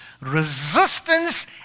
resistance